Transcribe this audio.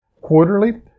quarterly